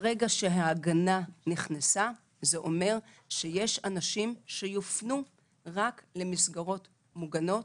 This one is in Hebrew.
ברגע שההגנה נכנסה זה אומר שיש אנשים שיופנו רק למסגרות מוגנות